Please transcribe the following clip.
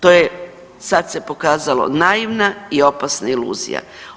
To je sad se pokazalo naivna i opasna iluzija.